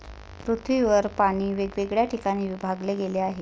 पृथ्वीवर पाणी वेगवेगळ्या ठिकाणी विभागले गेले आहे